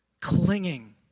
clinging